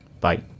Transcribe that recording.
bye